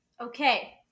Okay